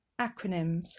Acronyms